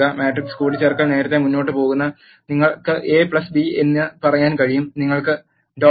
matrix കൂട്ടിച്ചേർക്കൽ നേരെ മുന്നോട്ട് പോകുന്നു നിങ്ങൾക്ക് A B എന്ന് പറയാൻ കഴിയും നിങ്ങൾക്ക്